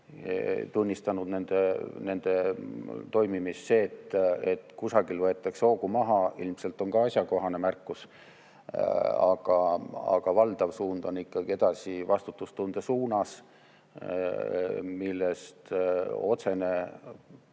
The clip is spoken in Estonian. tunnistanud nende toimimist see, et kusagil võetakse hoogu maha, ilmselt on ka asjakohane märkus. Aga valdav suund on ikkagi edasi vastutustunde suunas, milles otsene